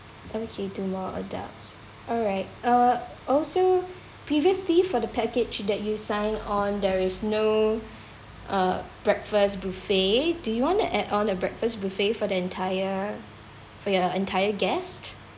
okay two more adults alright uh also previously for the package that you sign on there is no uh breakfast buffet do you want to add on a breakfast buffet for the entire for your entire guest